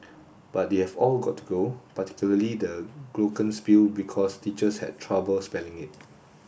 but they have all got to go particularly the glockenspiel because teachers had troubles spelling it